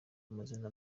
amazina